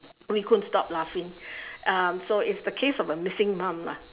we couldn't stop laughing um so it's the case of a missing mum lah